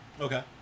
Okay